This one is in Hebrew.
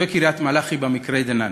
תושבי קריית-מלאכי במקרה דנן,